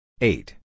Eight